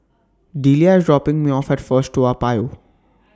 Delia IS dropping Me off At First Toa Payoh